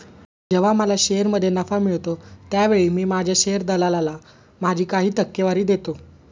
जेव्हा मला शेअरमध्ये नफा मिळतो त्यावेळी मी माझ्या शेअर दलालाला माझी काही टक्केवारी देतो